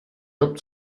job